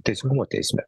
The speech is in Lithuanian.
teisingumo teisme